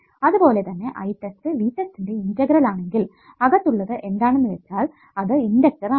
അതുപോലെ തന്നെ I test V test ന്റെ ഇന്റഗ്രൽ ആണെങ്കിൽ അകത്തുള്ളത് എന്താണെന്ന് വെച്ചാൽ അത് ഇണ്ടക്ടർ ആണ്